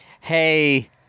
hey